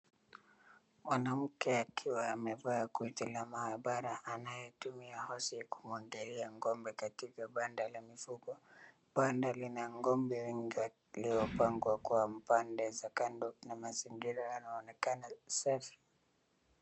Mwanamke akiwa amevaa koti la mahabara anayetumia hosi kumwagilia ngombe katika banda la mifugo banda lina ngombe wengi waliopangwa kwa mpande za kando kuna mazingira yanaonekana kuwa safi